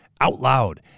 OUTLOUD